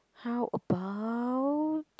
how about